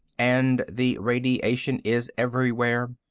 and the radiation is everywhere.